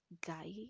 guy